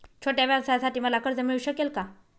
छोट्या व्यवसायासाठी मला कर्ज मिळू शकेल का?